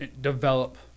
develop